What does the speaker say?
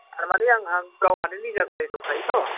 थारमानि आंहा गावहानो निजा गारि दंखायोथ'